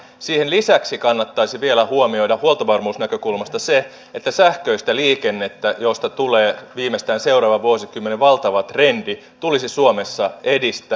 siihen lisäksi kannattaisi vielä huomioida huoltovarmuusnäkökulmasta se että sähköistä liikennettä josta tulee viimeistään seuraavan vuosikymmenen valtava trendi tulisi suomessa edistää